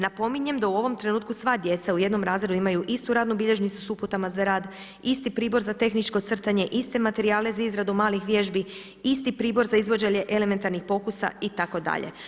Napominjem da u ovom trenutku sva djeca u jednom razredu imaju istu radnu bilježnicu s uputama za rad, isti pribor za tehničko crtanje, iste materijale za izradu malih vježbi, isti pribor za izvođenje elementarnih pokusa itd.